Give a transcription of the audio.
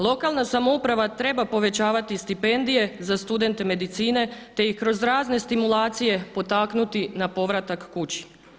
Lokalna samouprava treba povećavati stipendije za studente medicine, te ih kroz razne stimulacije potaknuti na povratak kući.